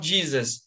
Jesus